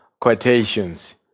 quotations